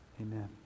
amen